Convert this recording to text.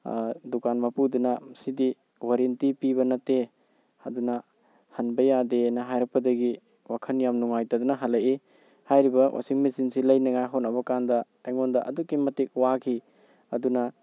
ꯗꯨꯀꯥꯟ ꯃꯄꯨꯗꯨꯅ ꯁꯤꯗꯤ ꯋꯥꯔꯦꯟꯇꯤ ꯄꯤꯕ ꯅꯠꯇꯦ ꯑꯗꯨꯅ ꯍꯟꯕ ꯌꯥꯗꯦꯅ ꯍꯥꯏꯔꯛꯄꯗꯒꯤ ꯋꯥꯈꯜ ꯌꯥꯝ ꯅꯨꯡꯉꯥꯏꯇꯗꯅ ꯍꯜꯂꯛꯏ ꯍꯥꯏꯔꯤꯕ ꯋꯥꯁꯤꯡ ꯃꯦꯆꯤꯟꯁꯤ ꯂꯩꯅꯉꯥꯏ ꯍꯣꯠꯅꯕ ꯀꯥꯟꯗ ꯑꯩꯉꯣꯟꯗ ꯑꯗꯨꯛꯀꯤ ꯃꯇꯤꯛ ꯋꯥꯈꯤ ꯑꯗꯨꯅ